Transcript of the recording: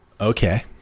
Okay